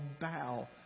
bow